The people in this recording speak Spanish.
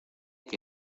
que